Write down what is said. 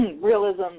realism